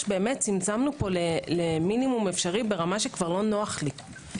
צמצמנו פה למינימום אפשרי ברמה שכבר לא נוח לי.